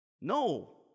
No